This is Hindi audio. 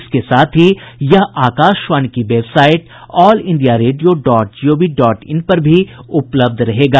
इसके साथ ही यह आकाशवाणी की website all India radio dot G O V dot in पर भी उपलब्ध रहेगा